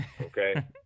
okay